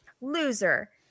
Loser